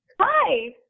Hi